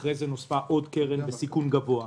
אחר כך נוספה עוד קרן בסיכון גבוה,